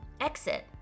Exit